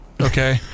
Okay